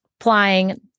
applying